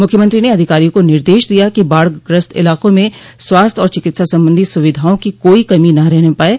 मुख्यमंत्री ने अधिकारियों को निर्देश दिया कि बाढ़ ग्रस्त इलाकों में स्वास्थ्य और चिकित्सा संबंधी सुविधाओं की कोई कमी न रहने पाये